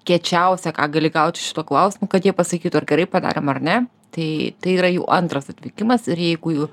kiečiausia ką gali gaut šituo klausimo kad jie pasakytų gerai padarėm ar ne tai yra jų antras atvykimas ir jeigu jų